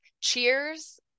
cheers